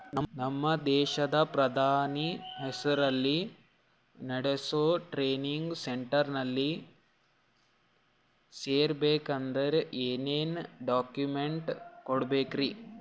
ನಮ್ಮ ದೇಶದ ಪ್ರಧಾನಿ ಹೆಸರಲ್ಲಿ ನೆಡಸೋ ಟ್ರೈನಿಂಗ್ ಸೆಂಟರ್ನಲ್ಲಿ ಸೇರ್ಬೇಕಂದ್ರ ಏನೇನ್ ಡಾಕ್ಯುಮೆಂಟ್ ಕೊಡಬೇಕ್ರಿ?